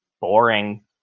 boring